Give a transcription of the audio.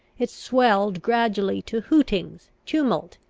it swelled gradually to hootings, tumult,